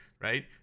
right